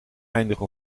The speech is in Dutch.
eindigen